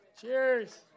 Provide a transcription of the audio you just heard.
Cheers